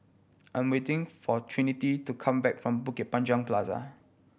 I'm waiting for Trinity to come back from Bukit Panjang Plaza